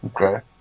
Okay